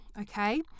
okay